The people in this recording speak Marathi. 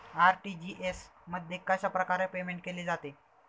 आर.टी.जी.एस मध्ये कशाप्रकारे पेमेंट केले जाते?